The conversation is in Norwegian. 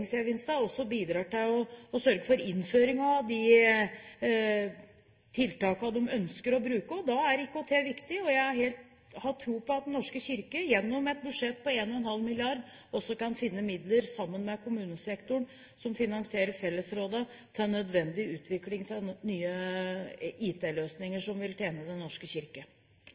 også bidrar til å sørge for innføring av de tiltakene de ønsker å ta i bruk. Da er IKT viktig. Jeg har tro på at Den norske kirke gjennom et budsjett på 1,5 mrd. kr også kan finne midler sammen med kommunesektoren, som finansierer fellesrådene, til nødvendig utvikling av nye IT-løsninger, som vil tjene Den norske kirke.